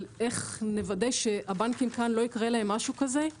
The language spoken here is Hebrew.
כשדיברת על איך נוודא שלא יקרה משהו כזה לבנקים כאן